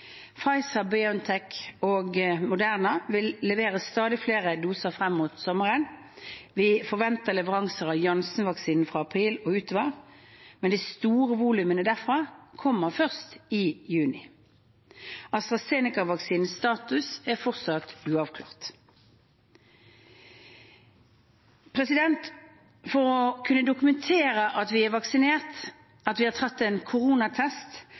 og Moderna vil levere stadig flere doser frem mot sommeren. Vi forventer leveranser av Janssen-vaksinen fra april og utover, men de store volumene derfra kommer først i juni. AstraZeneca-vaksinens status er fortsatt uavklart. For å kunne dokumentere at vi er vaksinert, at vi har tatt en koronatest